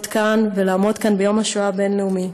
כאן ולעמוד כאן ביום השואה הבין-לאומי